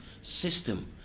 system